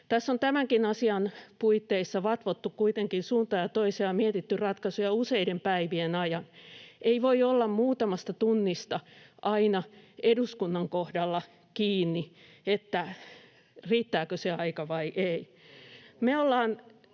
Tässä on tämänkin asian puitteissa vatvottu kuitenkin suuntaan ja toiseen ja mietitty ratkaisuja useiden päivien ajan. Ei voi olla muutamasta tunnista aina eduskunnan kohdalla kiinni, riittääkö se aika vai ei.